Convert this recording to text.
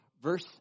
verse